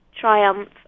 triumph